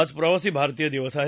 आज प्रवासी भारतीय दिवस आहे